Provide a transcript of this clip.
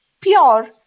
pure